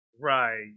Right